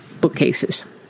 bookcases